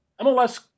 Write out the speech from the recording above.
mls